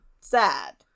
sad